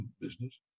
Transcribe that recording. business